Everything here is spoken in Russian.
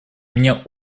меня